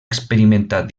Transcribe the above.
experimentat